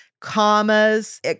Commas